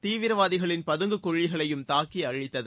தீவிரவாதிகளின் பதுங்கு குழிகளையும் தாக்கி அழித்தது